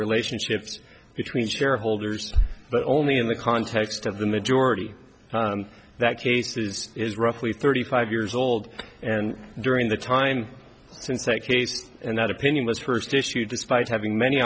relationships between shareholders but only in the context of the majority that cases is roughly thirty five years old and during the time since a case and that opinion was first issued despite having many